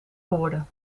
geworden